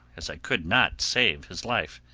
as i could not save his life.